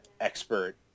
expert